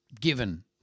given